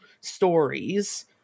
stories